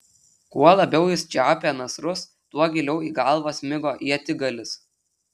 kuo labiau jis čiaupė nasrus tuo giliau į galvą smigo ietigalis